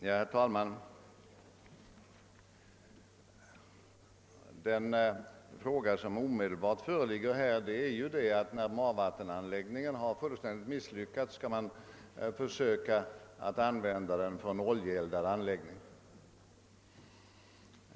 Herr talman! Den fråga som vi har att behandla är ju spörsmålet huruvida man av Marvikenanläggningen, som fullständigt har misslyckats, skall försöka göra en oljeeldad anläggning.